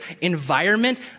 environment